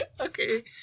Okay